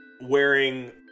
wearing